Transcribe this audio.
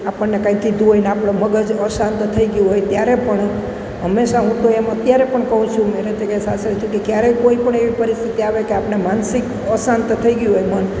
આપણને કાંઇ કીધું હોય ને આપણો મગજ અશાંત થઈ ગયો હોય ત્યારે પણ હંમેશા હું તો એમ અત્યારે પણ એમ કહું છું મેરેજ થઈ ગયાં સાસરે થકી ક્યારેય કોઈપણ એવી પરિસ્થિતિ આવે કે આપણને માનસિક અશાંત થઈ ગયું હોય મન